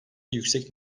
yüksek